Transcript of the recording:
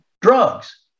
drugs